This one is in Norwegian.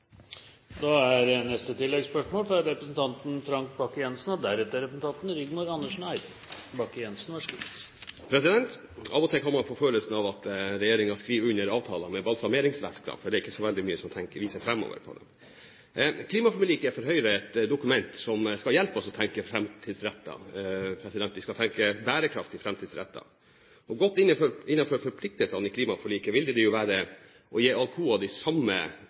Frank Bakke-Jensen – til oppfølgingsspørsmål. Av og til kan man få følelsen av at regjeringen skriver under avtaler med balsameringsvæske, for det er ikke så mye i dem som viser framover. Klimaforliket er for Høyre et dokument som skal hjelpe oss til å tenke framtidsrettet. Vi skal tenke bærekraftig framtidsrettet – og godt innenfor forpliktelsene i klimaforliket vil det være å gi Alcoa de samme